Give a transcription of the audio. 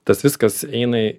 tas viskas eina